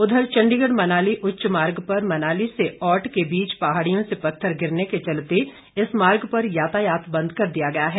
उधर चंडीगढ़ मनाली उच्च मार्ग पर मनाली से औट के बीच पहाड़ियों से पत्थर गिरने के चलते इस मार्ग पर यातायात बंद कर दिया गया है